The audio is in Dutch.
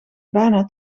bijna